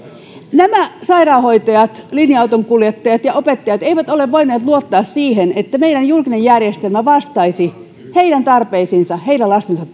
nämä sairaanhoitajat linja autonkuljettajat ja opettajat eivät ole voineet luottaa siihen että meidän julkinen järjestelmä vastaisi heidän tarpeisiinsa heidän lastensa